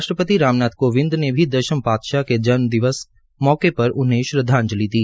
राष्ट्रपति राम नाम कोविंद ने भी दशम पातशाह के जन्मदिवस के मौके पर उन्हें श्रदवाजंलि दी